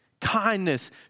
kindness